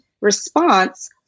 response